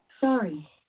Sorry